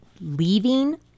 leaving